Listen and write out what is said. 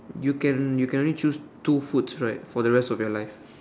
you can you can only choose two foods right for the rest of your life